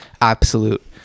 absolute